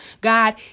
God